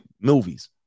movies